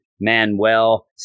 Manuel